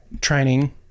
training